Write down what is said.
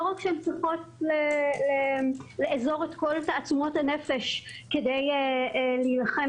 לא רק שהן צריכות לאזור את כל תעצומות הנפש כדי להילחם